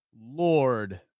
lord